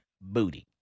booty